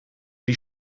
die